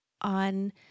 on